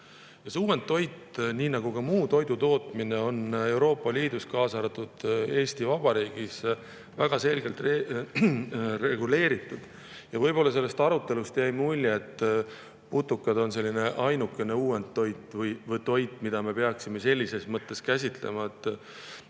Uuendtoit, nii nagu ka muu toidutootmine, on Euroopa Liidus, kaasa arvatud Eesti Vabariigis, väga selgelt reguleeritud. Võib-olla sellest arutelust jäi mulje, et putukad on ainukene uuendtoit või toit, mida me peaksime selles mõttes käsitlema.